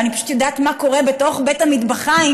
ואני פשוט יודעת מה קורה בתוך בית המטבחיים,